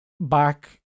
back